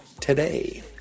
today